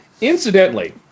Incidentally